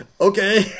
okay